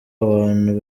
abantu